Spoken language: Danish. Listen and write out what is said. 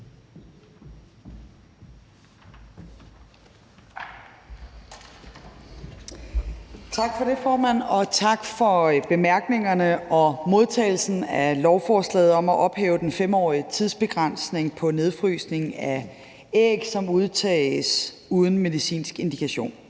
Tak for det, formand, og tak for bemærkningerne og modtagelsen af lovforslaget om at ophæve den 5-årige tidsbegrænsning på nedfrysning af æg, som udtages uden medicinsk indikation.